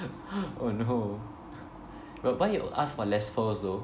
oh no but why you ask for less pearls though